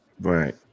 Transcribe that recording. Right